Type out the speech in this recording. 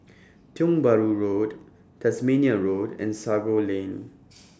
Tiong Bahru Road Tasmania Road and Sago Lane